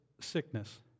sickness